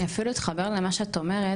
אני אפילו אתחבר למה שאת אומרת,